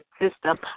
System